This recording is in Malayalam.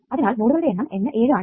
അതിനാൽ നോഡുകളുടെ എണ്ണം N 7 ആണ്